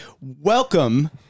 Welcome